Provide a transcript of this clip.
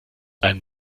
einem